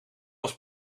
was